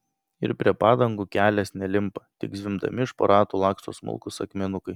ir prie padangų kelias nelimpa tik zvimbdami iš po ratų laksto smulkūs akmenukai